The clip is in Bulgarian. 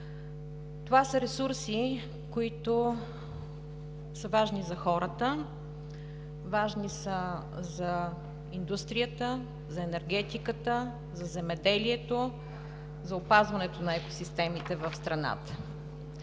Това са ресурси, важни за хората, важни за индустрията, за енергетиката, за земеделието, за опазването на екосистемите в страната.